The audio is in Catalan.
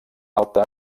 alta